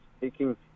taking